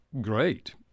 great